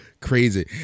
crazy